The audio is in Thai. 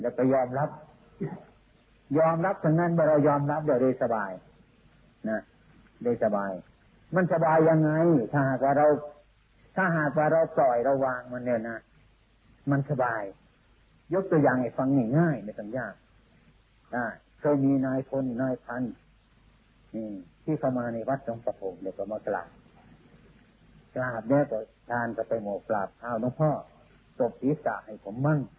แล้วก็ยอมรับ ยอมรับถึงนั้นเรายอมรับ เดี๋ยวได้สบายนะ ได้สบาย มันสบายยังไง? ถ้าหากว่าเรา- ถ้าหากว่าเราปล่อยเราวางมันเนี่ยนะ มันสบาย ยกตัวอย่างให้ฟังง่ายๆ ไม่ต้องยากนะ เคยมีนายพลนายพัน อืม ที่เข้ามาในวัดหลวงปู่เนี่ยก็มากราบ กราบแล้วก็ทานก็ไปหมอกราบ เอาหลวงพ่อ จบศีรษะให้ผมมั่ง